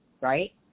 right